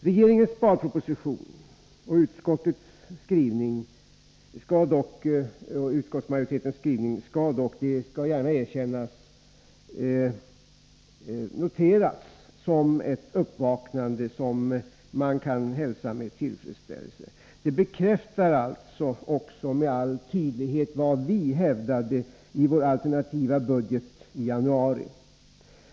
Regeringens sparproposition och utskottsmajoritetens skrivning skall dock — det skall gärna erkännas — noteras som ett uppvaknande som man kan hälsa med tillfredsställelse. Det bekräftar också med all tydlighet vad vi hävdade i vår alternativa budget i januari.